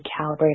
calibrate